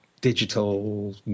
digital